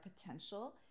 potential